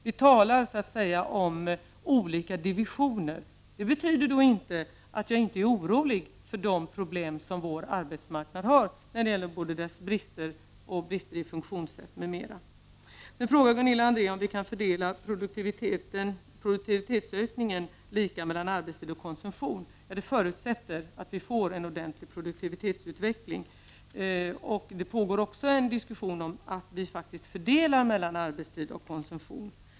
Vi talar här så att säga om olika divisioner. Detta betyder inte att jag inte är orolig för de problem som finns på vår arbetsmarknad, när det gäller brister i dess funktionssätt m.m. Gunilla André frågar om vi kan fördela produktivitetsökningen lika mellan arbetstid och konsumtion. Detta förutsätter att vi får en ordentlig produktivitetsutveckling. Det pågår också en diskussion om att vi faktiskt gör en fördelning mellan arbetstid och konsumtion.